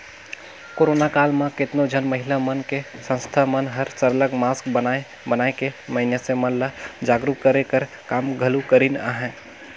corona काल म केतनो झन महिला मन के संस्था मन हर सरलग मास्क बनाए बनाए के मइनसे मन ल जागरूक करे कर काम घलो करिन अहें